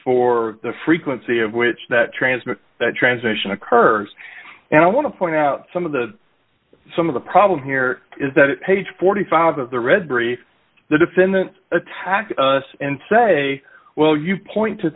for the frequency of which that transmit that transmission occurs and i want to point out some of the some of the problem here is that page forty five of the red brief the defendant attacked us and say well you point to